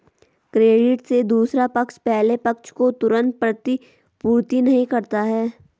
credit में दूसरा पक्ष पहले पक्ष को तुरंत प्रतिपूर्ति नहीं करता है